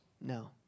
No